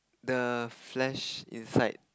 the flesh inside